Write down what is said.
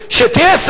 שני אומר לך,